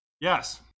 Yes